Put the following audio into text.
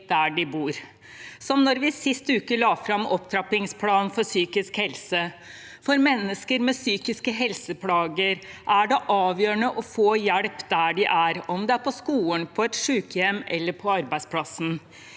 der de bor. Sist uke la vi fram opptrappingsplanen for psykisk helse. For mennesker med psykiske helseplager er det avgjørende å få hjelp der de er, om det er på skolen, på et sykehjem eller på arbeidsplassen.